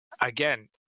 again